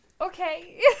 okay